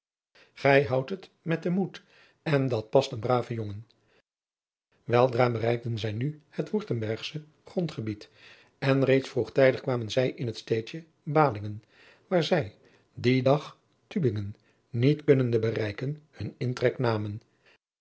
ij houdt het met den moed en dat past een braven jongen eldra bereikten zij nu het urtembergsche grondgebied en reeds vroegtijdig kwamen zij in het steedje ahlingen waar zij dien dag ubingen niet kunnende bereiken hunn intrek namen